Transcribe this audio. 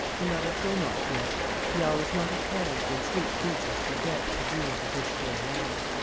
beloved, go not yet the hour is not at hand when sleep bids us forget the dreams of this fair land.